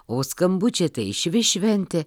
o skambučiai tai išvis šventė